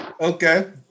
Okay